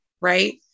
right